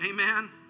Amen